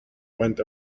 went